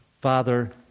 father